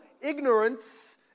ignorance